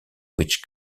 which